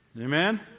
Amen